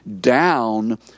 down